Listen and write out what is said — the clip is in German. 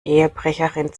ehebrecherin